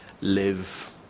Live